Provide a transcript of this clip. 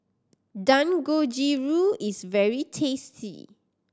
dangojiru is very tasty